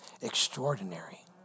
extraordinary